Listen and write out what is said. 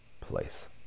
place